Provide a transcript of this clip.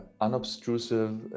unobtrusive